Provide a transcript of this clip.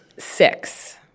six